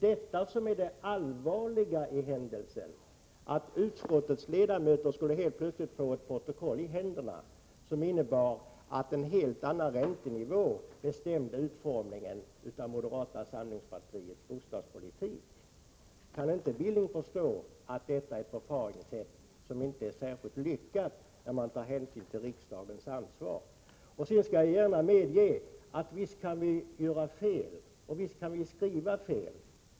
Det allvarliga härvidlag är att utskottets ledamöter skulle få ett protokoll i händerna som innebar att en helt annan räntenivå bestämde utformningen av moderata samlingspartiets bostadspolitik. Kan inte Knut Billing förstå att detta är ett förfaringssätt som inte är särskilt lyckat med hänsyn till riksdagens ansvar? Visst kan vi göra fel, och visst kan vi skriva fel. Det skall jag gärna medge.